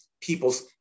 people's